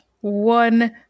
one